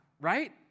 Right